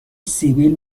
سیبیل